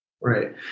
right